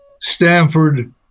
Stanford